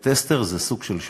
וטסטר זה סוג של שופט.